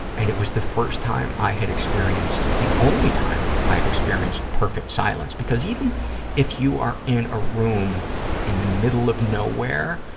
and it was the first time i had experienced, the only time i have experienced perfect silence, because even if you are in a room in the middle of nowhere,